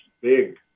big